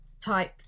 type